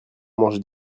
mange